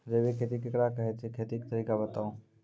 जैबिक खेती केकरा कहैत छै, खेतीक तरीका बताऊ?